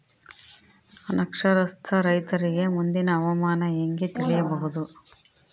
ಅನಕ್ಷರಸ್ಥ ರೈತರಿಗೆ ಮುಂದಿನ ಹವಾಮಾನ ಹೆಂಗೆ ತಿಳಿಯಬಹುದು?